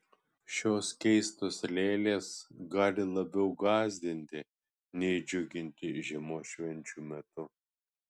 šios keistos lėlės gali labiau gąsdinti nei džiuginti žiemos švenčių metu